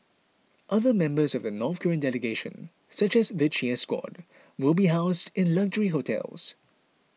other members of the North Korean delegation such as the cheer squad will be housed in luxury hotels